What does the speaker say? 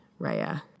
Raya